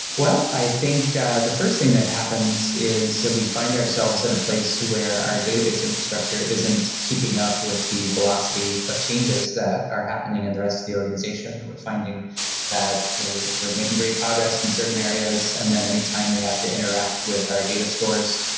well, i think ah the first thing that happens is we find ourselves in a place where our database infrastructure isn't keeping up with the philosophy of changes that are happening in the rest of the organization and we're finding that you know we're we're making great progress in certain areas, and then anytime we have to interact with our data stores,